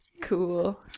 cool